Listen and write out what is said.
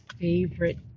favorite